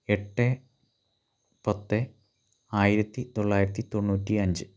എട്ട് പത്ത് ആയിരത്തി തൊള്ളായിരത്തി തൊണ്ണൂറ്റി അഞ്ച്